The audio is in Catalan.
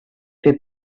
fer